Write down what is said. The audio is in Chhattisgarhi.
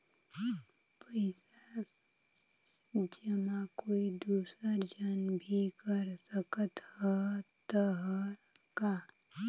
पइसा जमा कोई दुसर झन भी कर सकत त ह का?